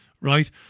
right